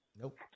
Nope